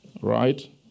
Right